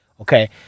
Okay